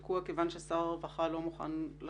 עכשיו הכול תקוע כיוון ששר הרווחה לא מוכן לחתום?